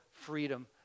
freedom